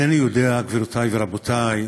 אינני יודע, גבירותי ורבותי,